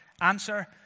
Answer